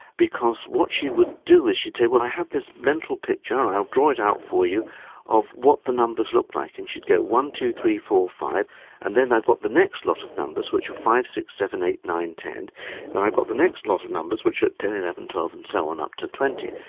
because what she would do was she would say well i have this mental picture and i'll draw it out for you of what the numbers look like. and she would go one, two, three, four, five and then i put the next lot of numbers which are five, six, seven, eight, nine and ten and then i put the next lot of numbers which are ten, eleven, twelve and so on up to twenty.